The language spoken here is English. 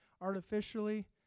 artificially